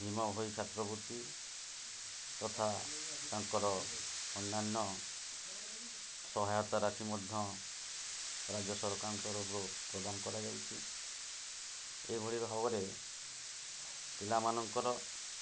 ଭୀମ ଭୋଇ ଛାତ୍ରବୃତ୍ତି ତଥା ତାଙ୍କର ଅନ୍ୟାନ୍ୟ ସହାୟତା ରାଶି ମଧ୍ୟ ରାଜ୍ୟ ସରକାରଙ୍କର ରୋଗ ପ୍ରଦାନ କରାଯାଉଛି ଏହିଭଳି ଭାବରେ ପିଲାମାନଙ୍କର